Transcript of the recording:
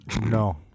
no